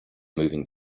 moving